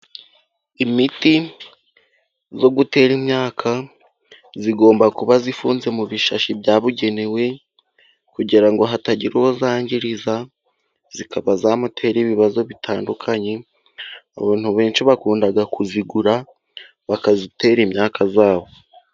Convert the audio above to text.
Imiti yo gutera imyaka igomba kuba ifunze mu bishashi byabugenewe, kugira ngo hatagira uwo yangiriza ikaba yamutera ibibazo bitandukanye .Abantu benshi bakunda kuyigura bakayitera imyaka yabo.